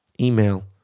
email